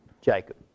Jacob